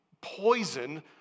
poison